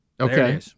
Okay